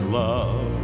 love